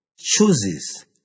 chooses